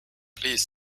please